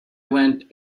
went